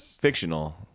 fictional